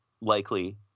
likely